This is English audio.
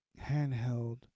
handheld